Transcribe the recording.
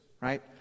right